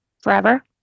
Forever